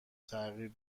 تغییر